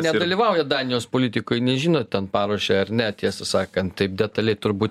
nedalyvaujat danijos politikoj nežinot ten paruošė ar ne tiesą sakant taip detaliai turbūt